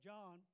John